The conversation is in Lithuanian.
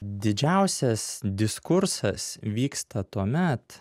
didžiausias diskursas vyksta tuomet